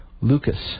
Lucas